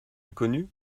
inconnues